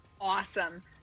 awesome